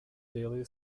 daily